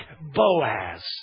Boaz